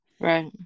Right